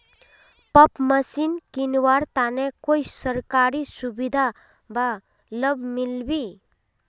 Pump machine किनवार तने कोई सरकारी सुविधा बा लव मिल्बी?